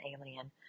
alien